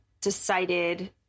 decided